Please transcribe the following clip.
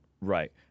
Right